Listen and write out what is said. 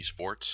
Esports